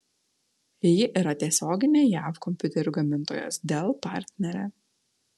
ji yra tiesioginė jav kompiuterių gamintojos dell partnerė